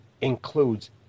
includes